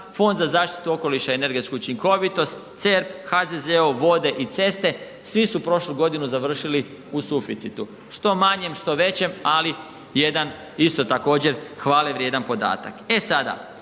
Fond za zaštitu okoliša i energetsku učinkovitost, CERP, HZZO, vode i ceste, svi su prošlu godinu završili u suficitu. Što manjem, što većem, ali jedan isto također hvale vrijedan podatak. E sada,